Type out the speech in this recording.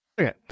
Okay